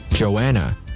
Joanna